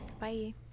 Bye